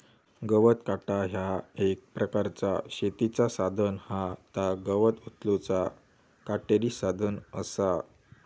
गवत काटा ह्या एक प्रकारचा शेतीचा साधन हा ता गवत उचलूचा काटेरी साधन असा